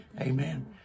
Amen